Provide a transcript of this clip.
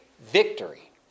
victory